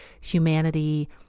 humanity